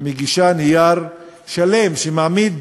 מגישה נייר שלם, שמעמיד